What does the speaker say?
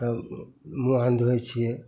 तब मुँह हाथ धोइ छिए